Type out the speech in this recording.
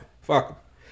fuck